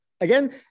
Again